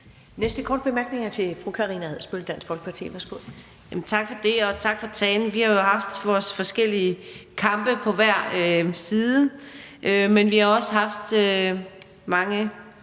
Folkeparti. Værsgo. Kl. 20:53 Karina Adsbøl (DF): Tak for det, og tak for talen. Vi har jo haft vores forskellige kampe på hver side, men vi har også haft mange